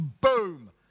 boom